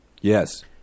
Yes